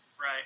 Right